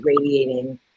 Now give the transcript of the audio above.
radiating